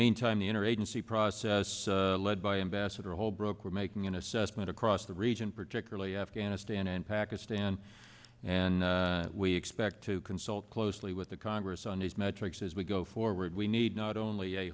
meantime the inner agency process led by ambassador holbrooke we're making an assessment across the region particularly afghanistan and pakistan and we expect to consult closely with the congress on these metrics as we go forward we need not only a